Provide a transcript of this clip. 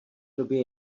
době